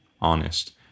honest